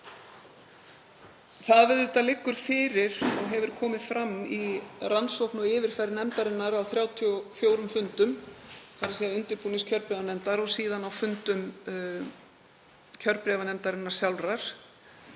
Það liggur fyrir og hefur komið fram í rannsókn og yfirferð nefndarinnar á 34 fundum, þ.e. undirbúningskjörbréfanefndar, og síðan á fundum kjörbréfanefndarinnar sjálfrar,